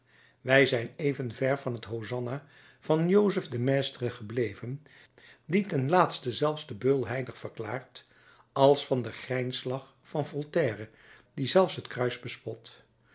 wij zijn evenver van het hosanna van joseph de maistre gebleven die ten laatste zelfs den beul heilig verklaart als van den grijnslach van voltaire die zelfs het kruis bespot